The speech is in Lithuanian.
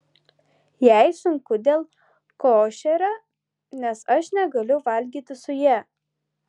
jai sunku dėl košerio nes aš negaliu valgyti su ja